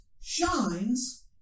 shines